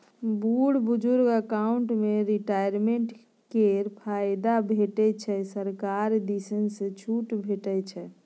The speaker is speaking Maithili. बुढ़ बुजुर्ग अकाउंट मे रिटायरमेंट केर फायदा भेटै छै सरकार दिस सँ छुट भेटै छै